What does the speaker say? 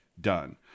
done